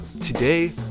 today